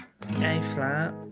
A-flat